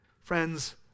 Friends